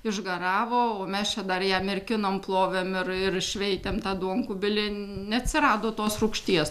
išgaravo mes čia dar ją mirkinom plovėm ir ir šveitėm tą duonkubilį neatsirado tos rūgšties